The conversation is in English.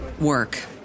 work